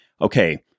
okay